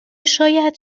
شاید